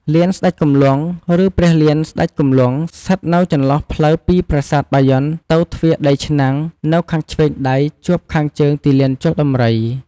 លានស្តេចគំលង់ ឬព្រះលានស្តេចគំលង់ ស្ថិតនៅចន្លោះផ្លូវពីប្រាសាទបាយ័នទៅទ្វារដីឆ្នាំង នៅខាងធ្វេងដៃជាប់ខាងជើងទីលានជល់ដំរី។